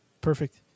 Perfect